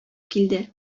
килде